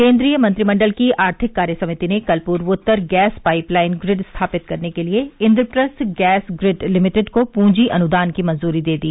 केन्द्रीय मंत्रिमंडल की आर्थिक कार्य समिति ने कल पूर्वोत्तर गैस पाइप लाइन ग्रिड स्थापित करने के लिए इन्द्रप्रस्थ गैस ग्रिड लिमिटेड को पूंजी अनुदान की मंजूरी दे दी